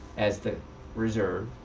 as the reserve.